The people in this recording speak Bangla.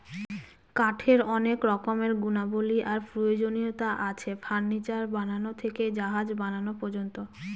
কাঠের অনেক রকমের গুণাবলী আর প্রয়োজনীয়তা আছে, ফার্নিচার বানানো থেকে জাহাজ বানানো পর্যন্ত